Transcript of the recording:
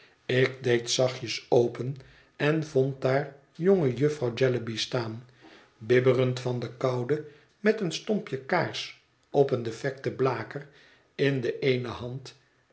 ik deed zachtjes open en vond daar jonge jufvrouw jellyby staan bibberend van de koude met een stompje kaars op een defecten blaker in de eene hand